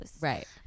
Right